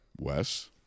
Wes